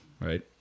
right